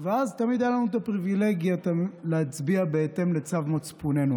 ואז תמיד הייתה לנו הפריווילגיה להצביע בהתאם לצו מצפוננו.